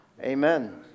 Amen